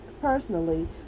personally